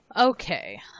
Okay